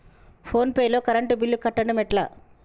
Phone pay లో current bill కట్టడం ఎట్లా?